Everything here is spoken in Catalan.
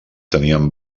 tenien